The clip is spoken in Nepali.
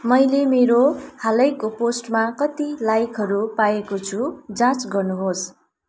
मैले मेरो हालैको पोस्टमा कति लाइकहरू पाएको छु जाँच गर्नुहोस्